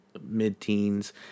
mid-teens